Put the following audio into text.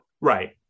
Right